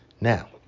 Now